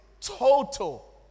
total